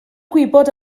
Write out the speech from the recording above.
gwybod